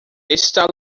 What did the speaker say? está